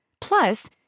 Plus